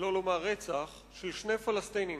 שלא לומר רצח, של שני פלסטינים